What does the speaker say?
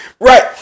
Right